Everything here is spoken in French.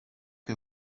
que